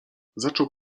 zaczął